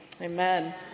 amen